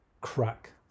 crack